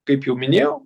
kaip jau minėjau